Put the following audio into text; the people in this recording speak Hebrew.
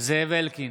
זאב אלקין,